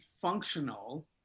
functional